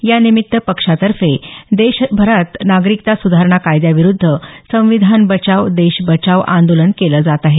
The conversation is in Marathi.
यानिमित्त पक्षातर्फे देशभरनागरिकता सुधारणा कायद्याविरुद्ध संविधान बचाव देश बचाब आंदोलन केलं जात आहे